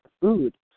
food